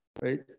right